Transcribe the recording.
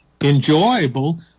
enjoyable